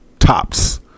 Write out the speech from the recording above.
Tops